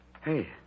Hey